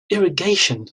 irrigation